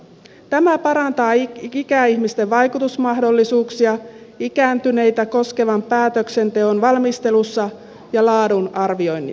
tämä parantaa ikäihmisten vaikutusmahdollisuuksia ikääntyneitä koskevan päätöksenteon valmistelussa ja laadun arvioinnissa